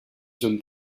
zones